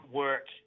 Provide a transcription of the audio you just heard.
work